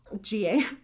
G-A